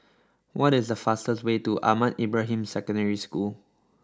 what is the fastest way to Ahmad Ibrahim Secondary School